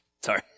Sorry